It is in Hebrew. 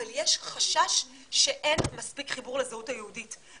אבל יש חשש שאין מספיק חיבור לזהות היהודית.